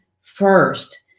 first